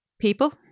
people